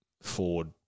Ford